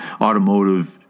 automotive